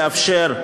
לאפשר,